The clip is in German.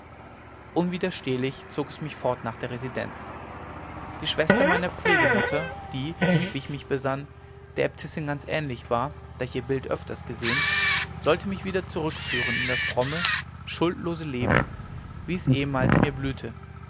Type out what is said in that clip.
unwiderstehlich zog es mich fort nach der residenz die schwester meiner pflegemutter die wie ich mich besann der äbtissin ganz ähnlich war da ich ihr bild öfters gesehen sollte mich wieder zurückführen in das fromme schuldlose leben wie es ehemals mir blühte